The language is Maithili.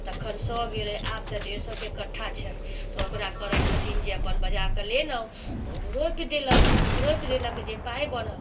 तखन सए गेलै आब तऽ डेढ़ सएके कट्ठा छै तऽ ओकरा करै छथिन जे अपन बजाकऽ लेनहुँ तऽ उ रोपि देलक रोपि देलक जे पाइ बनल